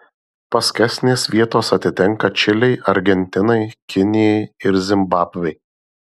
paskesnės vietos atitenka čilei argentinai kinijai ir zimbabvei